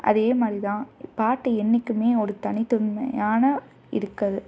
அதேமாதிரி தான் பாட்டு என்றைக்குமே ஒரு தனித்தன்மையாக இருக்குது